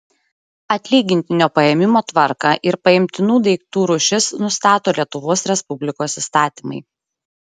atlygintinio paėmimo tvarką ir paimtinų daiktų rūšis nustato lietuvos respublikos įstatymai